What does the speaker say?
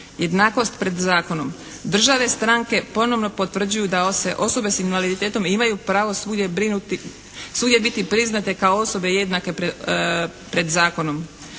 Jednakost pred zakonom. Države stranke ponovo potvrđuju da se osobe s invaliditetom imaju pravo svugdje brinuti, svugdje biti priznate kao osobe jednake pred zakonom.